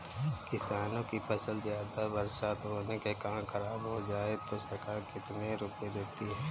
किसानों की फसल ज्यादा बरसात होने के कारण खराब हो जाए तो सरकार कितने रुपये देती है?